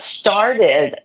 started